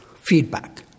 feedback